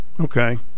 Okay